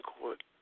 Court